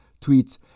tweets